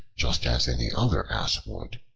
just as any other ass would.